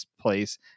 place